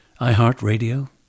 iHeartRadio